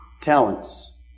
talents